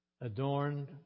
adorned